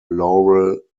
laurel